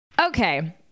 Okay